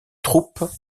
troupe